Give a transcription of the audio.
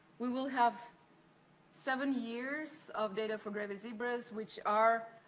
we will have seven years of data for grevy zebras, which are,